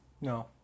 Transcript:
No